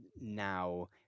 now